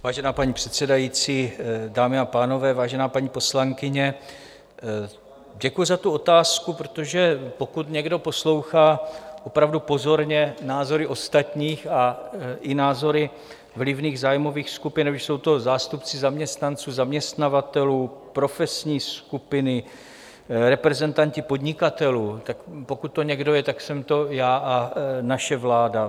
Vážená paní předsedající, dámy a pánové, vážená paní poslankyně, děkuji za tu otázku, protože pokud někdo poslouchá opravdu pozorně názory ostatních i názory vlivných zájmových skupin, ať už jsou to zástupci zaměstnanců, zaměstnavatelů, profesní skupiny, reprezentanti podnikatelů, tak pokud to někdo je, tak jsem to já a naše vláda.